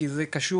כי זה קשור